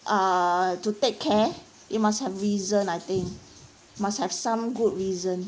uh to take care you must have reason I think must have some good reason